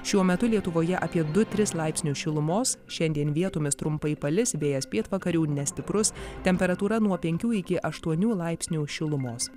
šiuo metu lietuvoje apie tu tris laipsnius šilumos šiandien vietomis trumpai palis vėjas pietvakarių nestiprus temperatūra nuo penkių iki aštuonių laipsnių šilumos